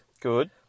good